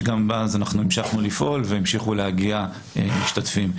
שגם בה המשכנו לפעול והמשיכו להגיע משתתפים.